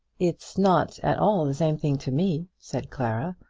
it's not at all the same thing to me, said clara.